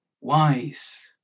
wise